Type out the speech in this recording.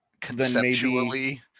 Conceptually